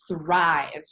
thrive